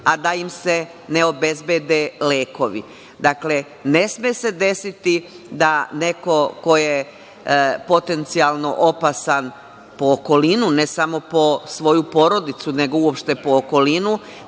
a da im se ne obezbede lekovi. Dakle, ne sme se desiti da neko ko je potencijalno opasan po okolinu, ne samo po svoju porodicu, nego uopšte po okolinu,